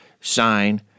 sign